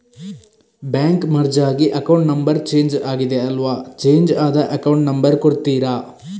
Bank merge ಆಗಿ account number change ಆಗಿದೆ ಅಲ್ವಾ, ಚೇಂಜ್ ಆದ ಅಕೌಂಟ್ ನಂಬರ್ ಕೊಡ್ತೀರಾ?